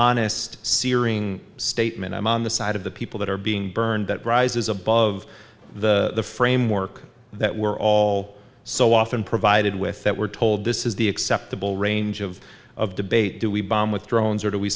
honest searing statement i'm on the side of the people that are being burned that rises above the framework that we're all so often provided with that we're told this is the acceptable range of of debate do we bomb with drones or do we